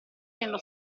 nello